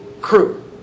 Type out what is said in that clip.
crew